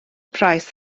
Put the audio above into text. price